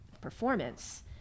performance